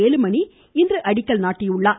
வேலுமணி இன்று அடிக்கல் நாட்டினார்